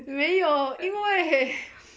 没有因为